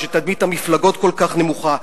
שתדמית המפלגות כל כך נמוכה.